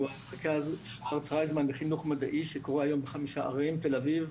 הוא מרכז שוורץ-רייסמן לחינוך מדעי שקורה היום בחמישה ערים: תל אביב,